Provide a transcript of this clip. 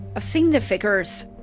i've seen the figures.